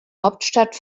hauptstadt